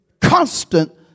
constant